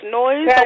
noise